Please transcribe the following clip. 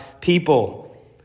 people